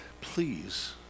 please